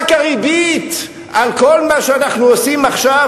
רק הריבית על כל מה שאנחנו עושים עכשיו